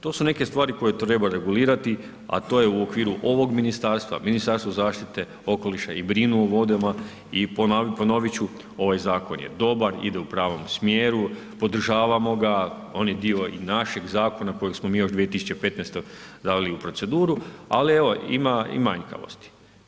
To su neke stvari koje treba regulirati, a to je u okviru ovog ministarstva, Ministarstva zaštite okoliša i brinu o vodama i ponovit ću, ovaj zakon je dobar, ide u pravom smjeru, podržavamo ga, on je dio i našeg zakona koji smo mi još 2015. dali u proceduru, ali evo, ima i manjkavosti.